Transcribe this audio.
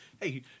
Hey